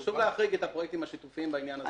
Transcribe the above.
חשוב להחריג את הפרויקטים השיתופיים בעניין הזה.